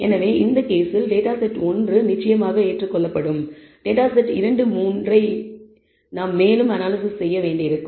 எனவே இந்த கேஸில் டேட்டா செட் 1 நிச்சயமாக ஏற்றுக்கொள்ளும் டேட்டா செட் 2 3 ஐ நாம் மேலும் அனாலிசிஸ் செய்ய வேண்டியிருக்கும்